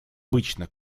обычно